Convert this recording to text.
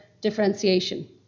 differentiation